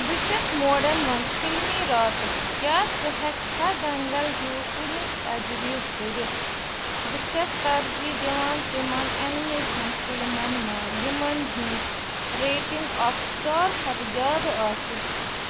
بہٕ چھَس موڈن منٛز فِلمی راتُک کیٛاہ ژٕ ہٮ۪کہٕ کھا دنٛگل ہیوٗ کُنہِ تَجویز کٔرِتھ بہٕ چھَس ترجیح دِوان تِمَن اٮ۪نِمیشنَن فِلمَن ما یِمَن ہُنٛز ریٹِنٛگ اکھ سِٹار کھۄتہٕ زیادٕ آسہِ